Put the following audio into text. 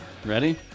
Ready